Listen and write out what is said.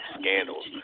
scandals